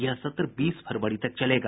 यह सत्र बीस फरवरी तक चलेगा